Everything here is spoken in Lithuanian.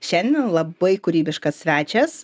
šiandien labai kūrybiškas svečias